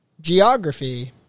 geography